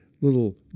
little